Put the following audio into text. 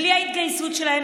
בלי ההתגייסות שלהם,